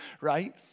right